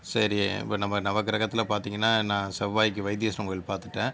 சரி இப்போ நம்ம நவக்கிரகத்தில் பார்த்தீங்கன்னா நான் செவ்வாய்க்கு வைத்தீஸ்வரன் கோவில் பார்த்துட்டேன்